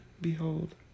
Behold